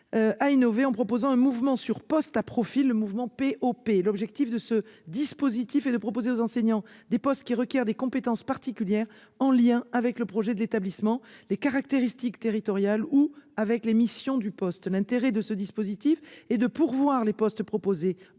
a innové en proposant un mouvement sur postes à profil (PoP). L'objectif de ce dispositif est de proposer aux enseignants des postes qui requièrent des compétences particulières, en lien avec le projet de l'établissement, les caractéristiques territoriales ou les missions du poste. L'intérêt de ce dispositif est de pourvoir les postes proposés,